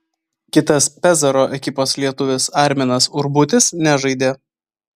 kitas pezaro ekipos lietuvis arminas urbutis nežaidė